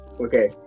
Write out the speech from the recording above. Okay